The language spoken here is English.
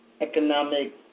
economic